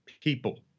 people